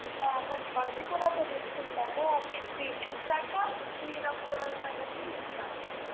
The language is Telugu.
ఫస్ట్ బంతిపూలు అయితే తీసుకుంటాము అవి అది చూశాక మిగతా పూల సంగతి చూస్తాను